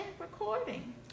recording